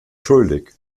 schuldig